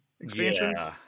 expansions